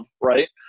Right